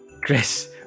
Chris